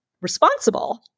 responsible